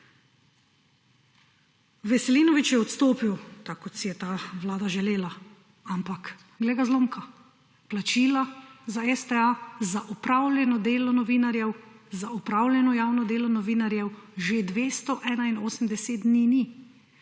Veselinović je odstopil tako kot si je ta Vlada želela, ampak glej ga zlomka plačila za STA za opravljeno delo novinarjev, za opravljeno javno delo novinarjev že 281 dni ni